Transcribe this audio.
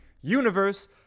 universe